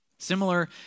Similar